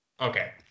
Okay